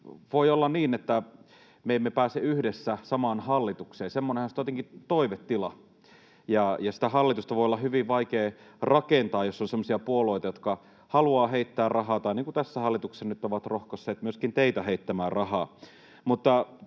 voi olla niin, että me emme pääse yhdessä samaan hallitukseen. Semmoinenhan olisi tietenkin toivetila, ja sitä hallitusta voi olla hyvin vaikea rakentaa, jos on semmoisia puolueita, jotka haluavat heittää rahaa, niin kuin tässä hallituksessa nyt ovat rohkaisseet myöskin teitä heittämään rahaa.